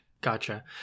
gotcha